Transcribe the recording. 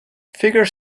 figure